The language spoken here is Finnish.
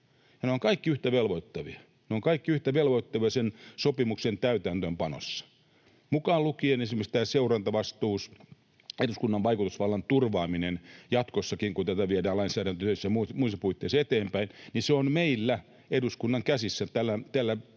Ne ovat kaikki yhtä velvoittavia sen sopimuksen täytäntöönpanossa, mukaan lukien esimerkiksi tämä seurantavastuu, eduskunnan vaikutusvallan turvaaminen jatkossakin, kun tätä viedään lainsäädäntötyössä ja muissa puitteissa eteenpäin. Se on meidän, eduskunnan, käsissä tällä